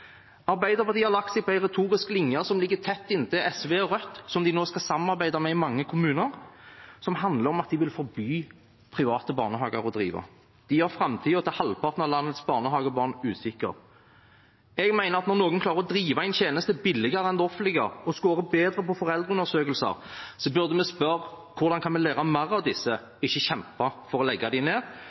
Arbeiderpartiet har lagt seg på en retorisk linje som ligger tett inntil SV og Rødt, som de nå skal samarbeide med i mange kommuner, som handler om at de vil forby private barnehager å drive. De gjør framtiden til halvparten av landets barnehagebarn usikker. Jeg mener at når noen klarer å drive en tjeneste billigere enn det offentlige og skårer bedre på foreldreundersøkelser, burde vi spørre hvordan vi kan lære mer av disse, ikke kjempe for å legge dem ned.